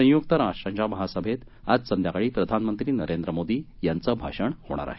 संयुक्त राष्ट्राच्या महासभेत आज संध्याकाळी प्रधानमंत्री नरेंद्र मोदी यांचं भाषण होणार आहे